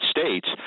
States